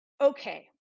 okay